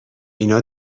اینا